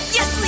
Yes